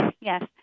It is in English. Yes